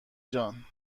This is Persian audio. جان